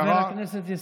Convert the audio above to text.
חבר הכנסת ישראל כץ.